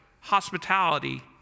hospitality